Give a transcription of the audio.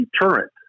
deterrent